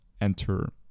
enter